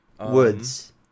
Woods